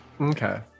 Okay